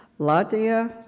ladia,